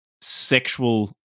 sexual